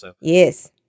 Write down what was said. Yes